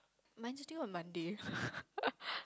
mine still on Monday